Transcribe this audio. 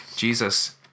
Jesus